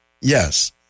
Yes